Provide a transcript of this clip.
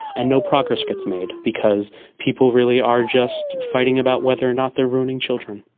and no progress gets made because people really are just fighting about whether or not they are ruining children.